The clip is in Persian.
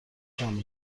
جام